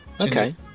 okay